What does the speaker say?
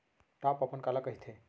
Top अपन काला कहिथे?